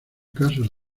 casos